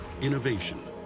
Innovation